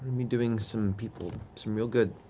i mean doing some people some real good.